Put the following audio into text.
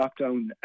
lockdown